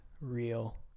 real